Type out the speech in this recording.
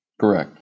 Correct